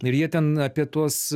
ir jie ten apie tuos